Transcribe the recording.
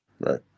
Right